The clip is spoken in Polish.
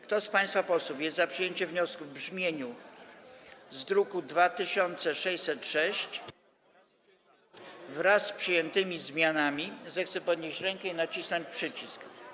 Kto z państwa posłów jest za przyjęciem wniosku w brzmieniu z druku nr 2606, wraz z przyjętymi zmianami, zechce podnieść rękę i nacisnąć przycisk.